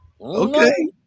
Okay